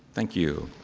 thank you.